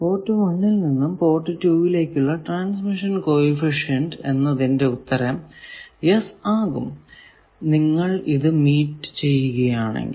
port 1 ൽ നിന്നും port 2 ലേക്കുള്ള ട്രാൻസ്മിഷൻ കോ എഫിഷ്യന്റ് എന്നതിന്റെ ഉത്തരം യെസ് ആകും നിങ്ങൾ ഇത് മീറ്റ് ചെയ്യുകയാണെങ്കിൽ